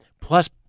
plus